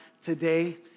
today